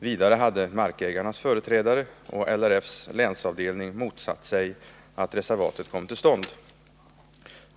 Vidare hade markägarnas företrädare och LRF:s länsavdelning motsatt sig att reservatet kom till stånd.